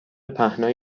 پهنای